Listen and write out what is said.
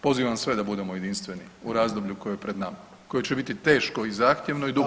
Pozivam sve da budemo jedinstveni u razdoblju koje je pred nama, koje će biti teško i zahtjevno i dugo.